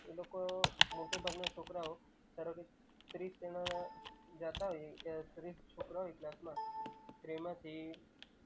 એ લોકો મોટે ભાગના છોકરાંઓ ધારોકે ત્રીસ જણા જતા હોય ત્રીસ છોકરા હોય ક્લાસમાં તેમાંથી